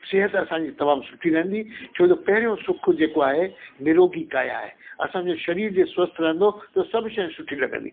सिहतु असांजी तमामु सुठी रहिंदी छोजो पहिरियों सुख जेको आहे निरोगी काया आहे असांजो शरीर जे स्वस्थ रहंदो त सभु शयूं सुठी लॻंदी